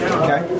okay